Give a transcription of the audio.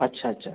अच्छा अच्छा